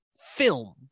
film